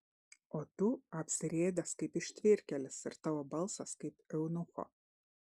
o tu apsirėdęs kaip ištvirkėlis ir tavo balsas kaip eunucho